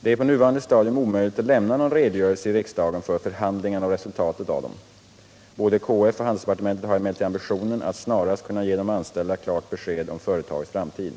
Det är på nuvarande stadium omöjligt att lämna någon redogörelse i riksdagen för förhandlingarna och resultatet av dem. Både KF och handelsdepartementet har emellertid ambitionen att snarast kunna ge de anställda klart besked om företagets framtid.